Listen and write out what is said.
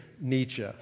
Nietzsche